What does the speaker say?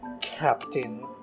Captain